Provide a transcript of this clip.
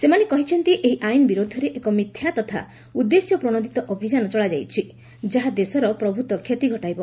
ସେମାନେ କହିଛନ୍ତି ଏହି ଆଇନ୍ ବିରୁଦ୍ଧରେ ଏକ ମିଥ୍ୟା ତଥା ଉଦ୍ଦେଶ୍ୟ ପ୍ରଶୋଦିତ ଅଭିଯାନ ଚଳାଯାଉଛି ଯାହା ଦେଶର ପ୍ରଭୁତ କ୍ଷତି ଘଟାଇବ